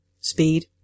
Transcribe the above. speed